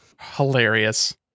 Hilarious